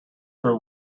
grew